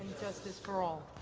justice for all.